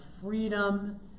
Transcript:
freedom